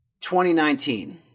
2019